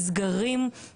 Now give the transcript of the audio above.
אני אסביר את המיזוג.